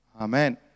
Amen